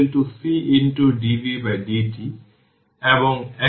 সুতরাং এটি 5 205 20 হবে